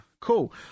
cool